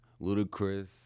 Ludacris